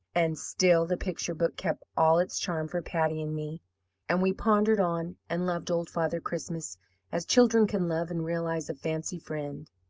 and still the picture-book kept all its charm for patty and me and we pondered on and loved old father christmas as children can love and realize a fancy friend.